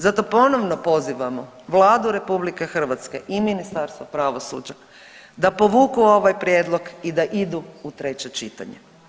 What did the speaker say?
Zato ponovno pozivamo Vladu RH i Ministarstvo pravosuđa da povuku ovaj prijedlog i da idu u treće čitanje.